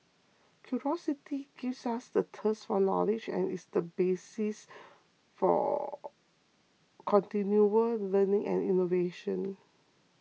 curiosity gives us the thirst for knowledge and is the basis for continual learning and innovation